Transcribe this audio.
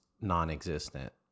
non-existent